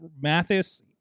Mathis